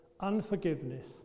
unforgiveness